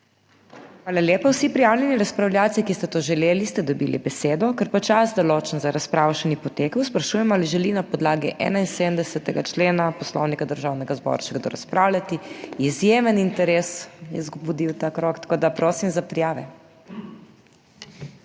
Hvala lepa. Vsi prijavljeni razpravljavci, ki ste to želeli ste dobili besedo, ker pa čas določen za razpravo še ni potekel, sprašujem ali želi na podlagi 71. člena Poslovnika Državnega zbora še kdo razpravljati? Izjemen interes je zbudil ta krog, tako da prosim za prijave.